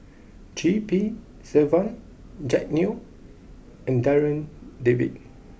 G P Selvam Jack Neo and Darryl David